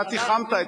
אתה תיחמת אתמול,